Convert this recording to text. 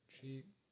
Cheap